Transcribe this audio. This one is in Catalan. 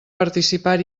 participar